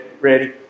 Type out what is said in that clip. ready